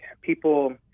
people